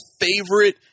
favorite